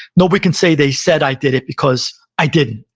nobody can say they said i did it, because i didn't.